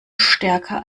stärker